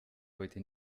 heute